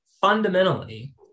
fundamentally